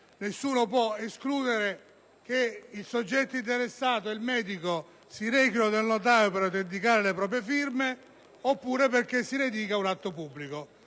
Nessuno può escludere, infatti, che il soggetto interessato e il medico si rechino dal notaio per autenticare le proprie firme, oppure perché si rediga un atto pubblico.